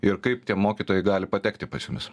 ir kaip tie mokytojai gali patekti pas jumis